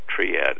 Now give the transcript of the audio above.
triad